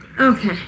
Okay